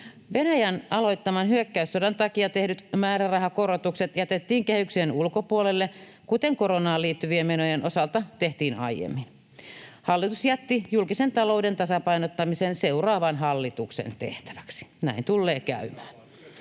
Venäjän aloittaman hyökkäyssodan takia tehdyt määrärahakorotukset jätettiin kehyksen ulkopuolelle, kuten koronaan liittyvien menojen osalta tehtiin aiemmin. Hallitus jätti julkisen talouden tasapainottamisen seuraavan hallituksen tehtäväksi — näin tullee käymään.